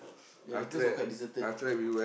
ya the place was quite deserted